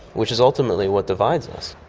which is ultimately what divides us.